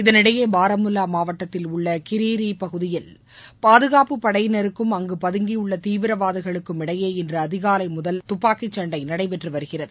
இதனிடையே பாராமுல்லா மாவட்டத்தில் உள்ள கிரீரி பகுதியில் பாதுகாப்பு படையினருக்கும் அங்கு பதங்கியுள்ள தீவிரவாதிகளுக்குமிடையே இன்று அதிகாலை முதல் நடந்த துப்பாக்கிச் சண்டை நடைபெற்றுவருகிறது